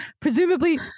presumably